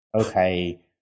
okay